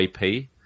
IP